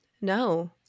no